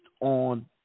on